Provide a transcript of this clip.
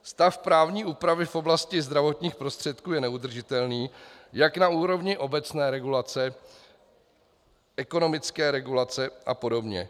Stav právní úpravy v oblasti zdravotních prostředků je neudržitelný jak na úrovni obecné regulace, ekonomické regulace apod.